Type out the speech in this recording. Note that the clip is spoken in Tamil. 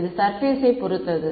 இது சர்பேஸ் யை பொறுத்தது